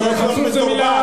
לחזור בו.